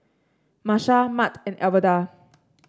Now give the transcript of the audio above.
Marsha Mart and Alverda